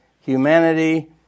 humanity